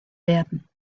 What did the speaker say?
werden